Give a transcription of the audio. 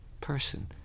person